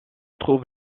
trouve